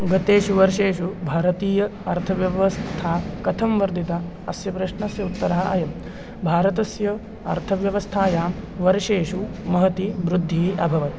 गतेषु वर्षेषु भारतीया अर्थव्यवस्था कथं वर्धिता अस्य प्रश्नस्य उत्तरम् अयं भारतस्य अर्थव्यवस्थायां वर्षेषु महती वृद्धिः अभवत्